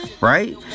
Right